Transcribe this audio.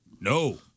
No